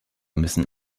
müssen